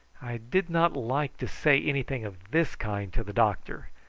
i did not like to say anything of this kind to the doctor,